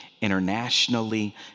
internationally